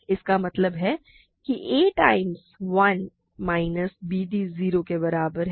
इसका मतलब है कि a टाइम्स 1 माइनस bd 0 के बराबर है